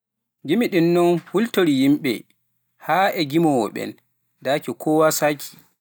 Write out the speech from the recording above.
Gimi ɗin non hultori yimɓe, haa e gimoowo ɓen naaki koowa saakii.